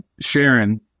Sharon